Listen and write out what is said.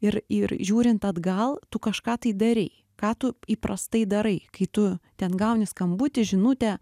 ir ir žiūrint atgal tu kažką tai darei ką tu įprastai darai kai tu ten gauni skambutį žinutę